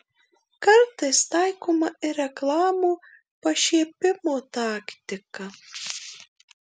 kartais taikoma ir reklamų pašiepimo taktika